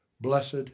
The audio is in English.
Blessed